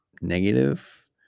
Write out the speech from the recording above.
negative